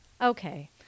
Okay